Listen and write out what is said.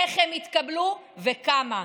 איך הם יתקבלו וכמה.